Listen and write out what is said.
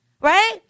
right